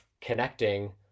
connecting